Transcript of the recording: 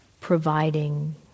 providing